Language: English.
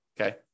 okay